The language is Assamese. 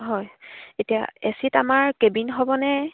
হয় এতিয়া এ চিত আমাৰ কেবিন হ'বনে